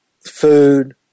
food